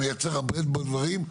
הוא מייצר הרבה מאוד דברים,